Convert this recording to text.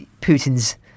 Putin's